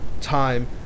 time